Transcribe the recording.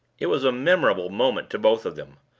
it was a memorable moment to both of them,